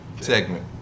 segment